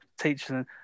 teaching